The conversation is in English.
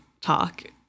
talk